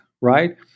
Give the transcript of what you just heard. Right